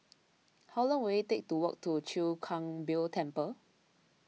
how long will it take to walk to Chwee Kang Beo Temple